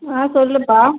ஆ சொல்லுப்பா